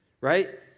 right